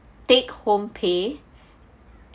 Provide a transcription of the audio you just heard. take home pay